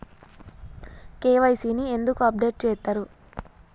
KYC ని ఎందుకు update చేత్తరు?